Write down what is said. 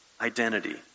identity